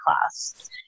class